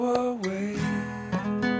away